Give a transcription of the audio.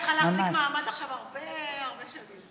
את צריכה להחזיק מעמד עכשיו הרבה הרבה שנים.